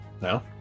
now